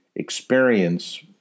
experience